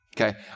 Okay